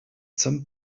some